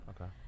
okay